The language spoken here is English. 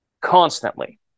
constantly